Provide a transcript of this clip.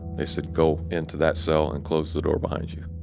they said go into that cell and close the door behind you.